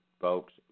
folks